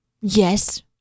Yes